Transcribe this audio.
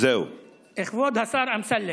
השר אמסלם,